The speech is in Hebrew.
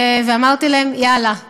ואמרתי להם: יאללה,